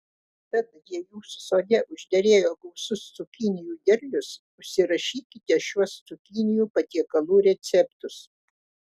tad jei jūsų sode užderėjo gausus cukinijų derlius užsirašykite šiuos cukinijų patiekalų receptus